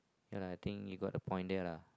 ya I think you got the point there lah